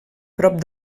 prop